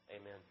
Amen